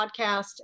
podcast